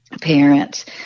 parents